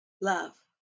Love